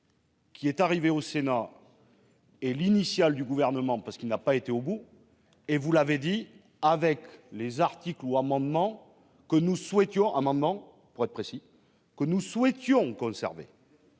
Qui est arrivée au Sénat. Et l'initiale du gouvernement parce qu'il n'a pas été au bout et vous l'avez dit, avec les articles ou amendements que nous souhaitions amendement